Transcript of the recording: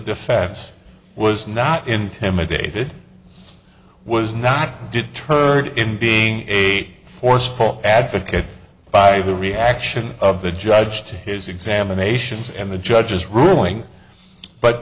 defense was not intimidated i was not deterred in being eight forceful advocate by the reaction of the judge to his examinations and the judge's ruling but